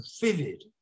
vivid